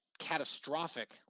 catastrophic